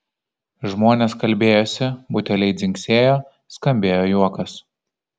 žmonės kalbėjosi buteliai dzingsėjo skambėjo juokas